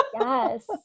Yes